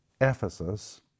Ephesus